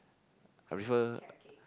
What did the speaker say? I prefer